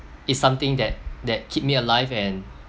is something that that keep me alive and